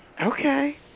Okay